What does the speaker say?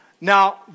Now